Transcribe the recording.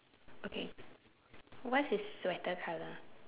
okay what's his sweater colour